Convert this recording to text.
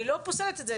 אני לא פוסלת את זה.